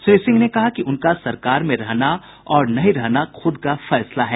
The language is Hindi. श्री सिंह ने कहा कि उनका सरकार में रहना और नहीं रहना खुद का फैसला है